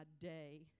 day